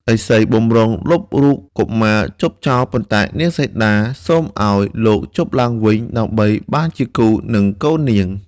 ឥសីបម្រុងលុបរូបកុមារជប់ចោល ប៉ុន្តែនាងសីតាសូមឱ្យលោកជប់ឡើងវិញដើម្បីបានជាគូ នឹងកូននាង។